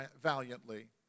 valiantly